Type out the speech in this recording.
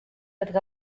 être